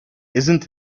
isn’t